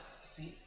See